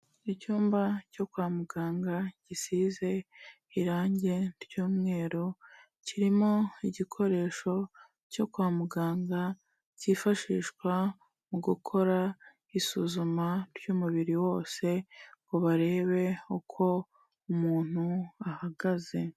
Icyumba cyo kwa muganga gisize irangi ry'umweru, kirimo igikoresho cyo kwa muganga cyifashishwa mu gukora isuzuma ry'umubiri wose ngo barebe uko umuntu ahagaze.